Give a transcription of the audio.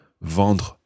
vendre